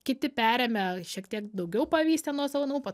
kiti perėmė šiek tiek daugiau pavystė nuosavų namų po